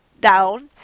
down